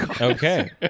okay